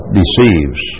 deceives